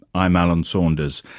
i'm alan saunders,